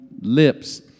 lips